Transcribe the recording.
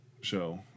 show